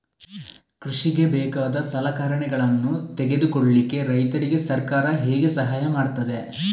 ಕೃಷಿಗೆ ಬೇಕಾದ ಸಲಕರಣೆಗಳನ್ನು ತೆಗೆದುಕೊಳ್ಳಿಕೆ ರೈತರಿಗೆ ಸರ್ಕಾರ ಹೇಗೆ ಸಹಾಯ ಮಾಡ್ತದೆ?